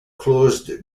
closed